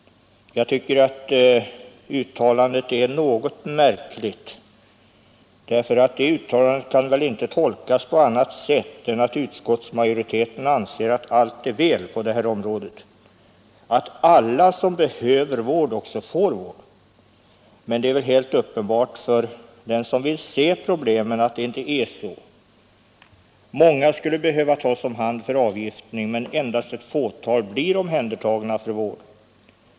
Jag tycker att det uttalandet är något märkligt. Det kan väl inte tolkas på annat sätt än att utskottsmajoriteten anser att allt är väl på detta område, att alla som behöver vård också får vård. Men det är helt uppenbart för den som vill se problemen att så inte är fallet. Många skulle behöva tas om hand för avgiftning, men endast ett fåtal blir omhändertagna för vård.